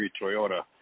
Toyota